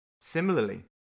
Similarly